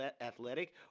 athletic